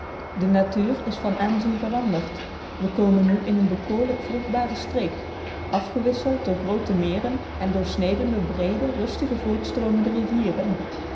de natuur is van aanzien veranderd we komen nu in eene bekoorlijk vruchtbare streek afgewisseld door groote meren en doorsneden door breede rustig voortstroomende rivieren